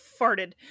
farted